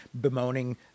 bemoaning